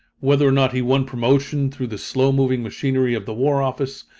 whether or not he won promotion through the slow-moving machinery of the war office,